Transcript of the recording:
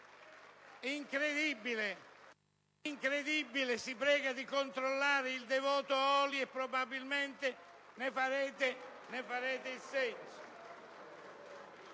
PdL e LNP).* Si prega di controllare il Devoto Oli, e probabilmente ne capirete il senso.